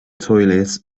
toilets